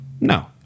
No